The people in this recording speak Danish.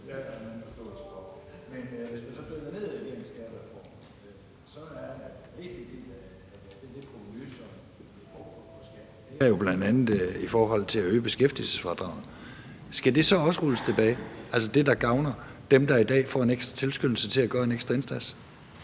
skatten, jo bl.a. i forhold til at øge beskæftigelsesfradraget. Skal det så også rulles tilbage, altså det, der gavner dem, der i dag får en ekstra tilskyndelse til at gøre en ekstra indsats?